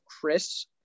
Chris